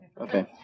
okay